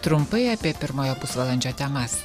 trumpai apie pirmojo pusvalandžio temas